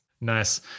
Nice